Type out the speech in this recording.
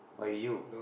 by you